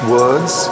words